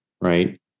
right